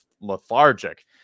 lethargic –